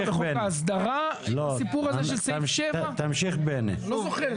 בחוק ההסדרה את הסיפור הזה של סעיף 7. לא זוכר,